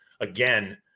again